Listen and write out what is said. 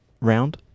round